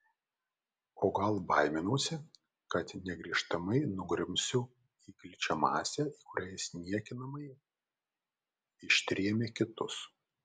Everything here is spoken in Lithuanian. o gal baiminausi kad negrįžtamai nugrimsiu į gličią masę į kurią jis niekinamai ištrėmė kitus